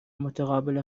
متقابل